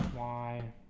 y?